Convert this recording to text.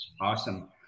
Awesome